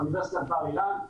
אוניברסיטת בר-אילן,